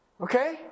Okay